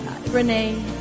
Renee